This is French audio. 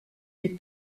les